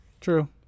true